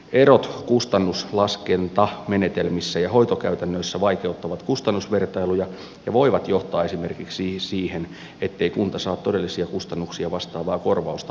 erot kustannuslaskentamenetelmissä ja hoitokäytännöissä vaikeuttavat kustannusvertailuja ja voivat johtaa esimerkiksi siihen ettei kunta saa todellisia kustannuksia vastaavaa korvausta antamastaan hoidosta